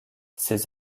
ses